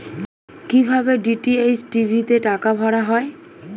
কি ভাবে DTH TV তে টাকা ভরা হয়?